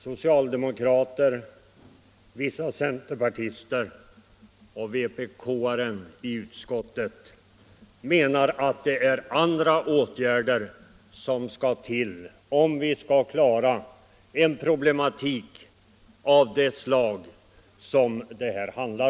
Socialdemokraterna, vissa centerpartister och vpk:aren i utskottet menar att det är andra åtgärder som skall till för att lösa problem av det slag det här gäller.